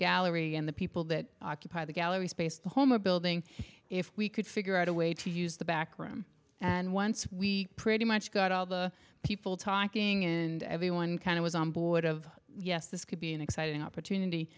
gallery and the people that occupy the gallery space the home a building if we could figure out a way to use the back room and once we pretty much got all the people talking and everyone kind of was on board of yes this could be an exciting opportunity